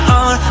on